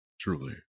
Truly